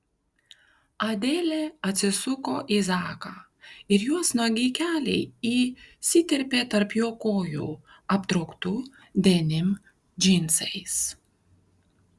adelė atsisuko į zaką ir jos nuogi keliai įsiterpė tarp jo kojų aptrauktų denim džinsais